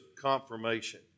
confirmation